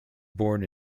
born